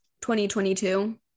2022